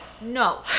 no